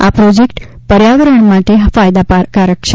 આ પ્રોજેક્ટ પર્યાવરણ માટે ફાયદાકારક છે